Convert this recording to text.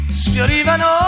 sfiorivano